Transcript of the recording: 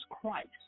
Christ